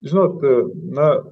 žinot na